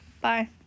Bye